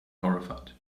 horrified